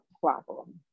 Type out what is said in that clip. problem